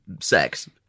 sex